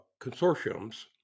consortiums